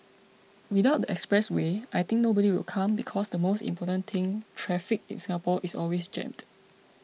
without the expressway I think nobody will come because the most important thing traffic in Singapore is always jammed